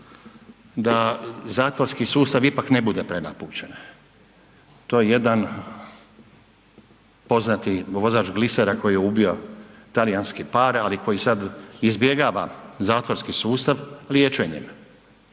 da zatvorski sustav ne bude prenapučen, to je jedan poznati vozač glisera koji je ubio talijanski par, ali koji sada izbjegava zatvorski sustav liječenjem.